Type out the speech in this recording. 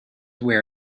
where